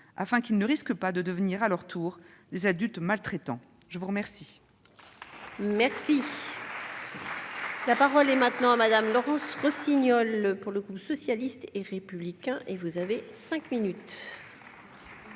afin qu'ils ne risquent pas de devenir à leur tour des adultes maltraitants. La parole